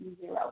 zero